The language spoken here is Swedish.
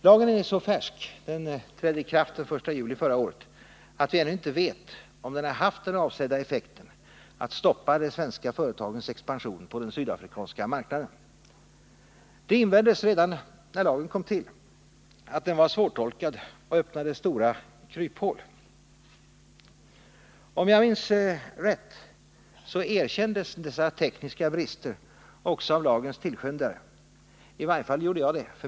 Lagen är så färsk — den trädde i kraft den 1 juli förra året — att vi ännu inte vet om den har haft den avsedda effekten att stoppa de svenska företagens expansion på den sydafrikanska marknaden. Det invändes redan när lagen kom till att den var svårtolkad och öppnade stora kryphål. Om jag minns rätt erkändes dessa tekniska brister också av lagens tillskyndare — i varje fall gjorde jag det.